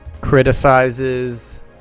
criticizes